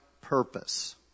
purpose